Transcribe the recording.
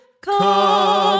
Come